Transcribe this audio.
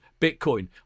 Bitcoin